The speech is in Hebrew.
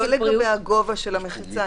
לא לגבי הגובה של המחיצה.